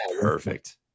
perfect